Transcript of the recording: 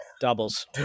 Doubles